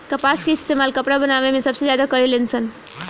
कपास के इस्तेमाल कपड़ा बनावे मे सबसे ज्यादा करे लेन सन